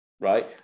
right